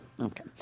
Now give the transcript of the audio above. Okay